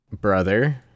brother